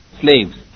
slaves